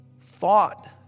thought